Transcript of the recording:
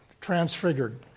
transfigured